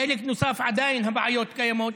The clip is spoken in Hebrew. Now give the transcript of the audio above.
בחלק נוסף עדיין הבעיות קיימות,